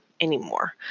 anymore